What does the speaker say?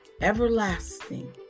everlasting